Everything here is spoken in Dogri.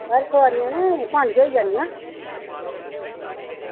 साढ़ियां सोआरियां पंज होई जानियां